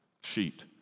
sheet